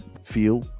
feel